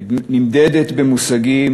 היא נמדדת במושגים